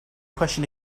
question